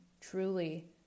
truly